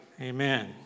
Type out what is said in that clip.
Amen